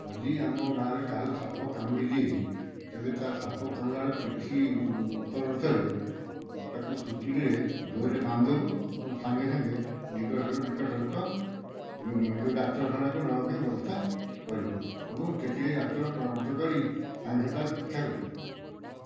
ଯଦି ଆମ ଗାଁରେ କାହାକୁ ସାପ କାମୁଡ଼ିଛି ତେବେ ତା ସାପ କାମୁଡ଼ାର କିଛି ଉପର ସ୍ତର ତାକୁ ସୁତୁଲିରେ ଜୋରରେ ବାନ୍ଧିଦେବୁ ଏବଂ ସାଙ୍ଗେ ସାଙ୍ଗେ ନିକଟସ୍ଥ ଏହି ଯେଉଁ ଡାକ୍ତରଖାନାକୁ ନେବା ପାଇଁ ବ୍ୟବସ୍ଥା କରିବୁ ଏବଂ ସେଠି ଡାକ୍ତର ପରାମର୍ଶ କରି ସାଙ୍ଗେ ସାଙ୍ଗେ ତା ଚିକିତ୍ସା କରିବୁ